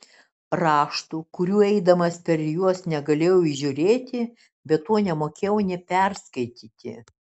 raštų kurių eidamas per juos negalėjau įžiūrėti be to nemokėjau nė perskaityti